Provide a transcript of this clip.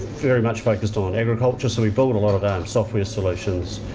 very much focused on agriculture. so we build a lot of software solutions.